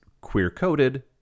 queer-coded